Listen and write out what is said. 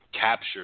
capture